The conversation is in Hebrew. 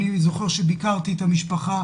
אני זוכר שביקרתי את המשפחה,